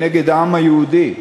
נגד העם היהודי.